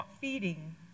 feeding